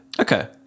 Okay